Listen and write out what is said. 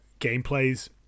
gameplays